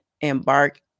embark